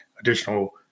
additional